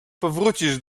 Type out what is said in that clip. powrócisz